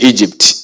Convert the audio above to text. Egypt